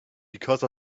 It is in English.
because